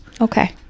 Okay